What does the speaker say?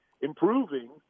improving